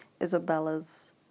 isabella's